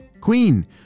Queen